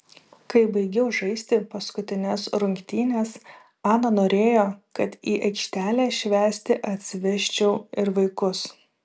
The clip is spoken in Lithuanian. kai baigiau žaisti paskutines rungtynes ana norėjo kad į aikštelę švęsti atsivesčiau ir vaikus